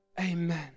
Amen